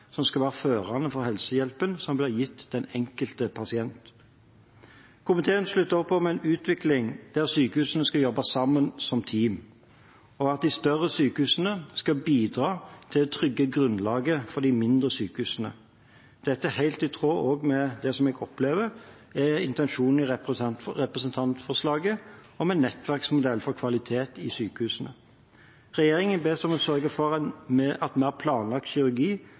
som skal være førende for helsehjelpen som blir gitt den enkelte pasient. Komiteen slutter opp om en utvikling der sykehusene skal jobbe sammen som team for at de større sykehusene skal bidra til å trygge grunnlaget for de mindre sykehusene. Dette er også helt i tråd med det som jeg opplever er intensjonen i representantforslaget om en nettverksmodell for kvalitet i sykehusene. Regjeringen bes om å sørge for at mer planlagt kirurgi